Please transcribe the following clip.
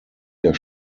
der